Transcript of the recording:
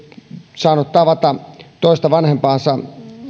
saanut tavata toista vanhempaansa